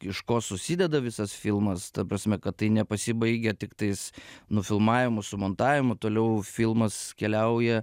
iš ko susideda visas filmas ta prasme kad tai nepasibaigia tiktais nufilmavimu sumontavimu toliau filmas keliauja